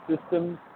systems